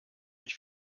ich